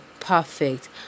perfect